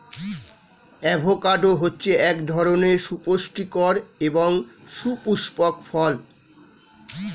avocado হচ্ছে এক ধরনের সুপুস্টিকর এবং সুপুস্পক ফল